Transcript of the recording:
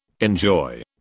enjoy